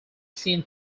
seen